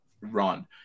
run